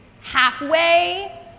halfway